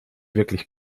wirklich